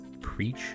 preach